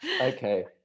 Okay